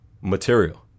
material